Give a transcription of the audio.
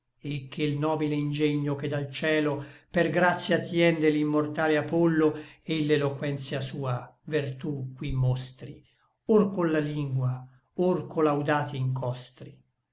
et che l nobile ingegno che dal cielo per gratia tien de l'immortale apollo et l'eloquentia sua vertú qui mostri or con la lingua or co'laudati incostri